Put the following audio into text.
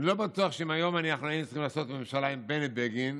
אני לא בטוח אם היום אנחנו היינו צריכים לעשות ממשלה עם בני בגין,